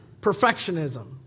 perfectionism